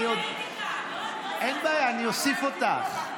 לא, אני הייתי כאן, אין בעיה, אני אוסיף אותך.